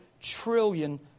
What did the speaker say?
trillion